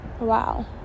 wow